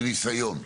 מניסיון,